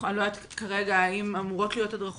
אני לא יודעת אם אמורות להיות הדרכות